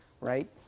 right